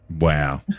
wow